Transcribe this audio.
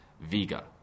Vega